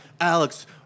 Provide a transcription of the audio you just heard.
Alex